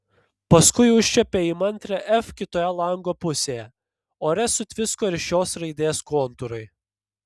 paskui užčiuopė įmantrią f kitoje lango pusėje ore sutvisko ir šios raidės kontūrai